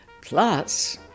Plus